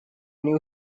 new